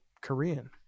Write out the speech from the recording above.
Korean